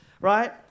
right